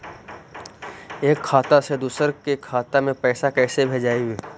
एक खाता से दुसर के खाता में पैसा कैसे भेजबइ?